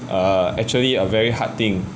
err actually a very hard thing